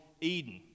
Eden